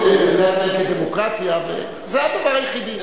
זה הדבר היחידי.